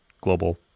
global